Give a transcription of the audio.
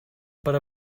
per